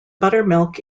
buttermilk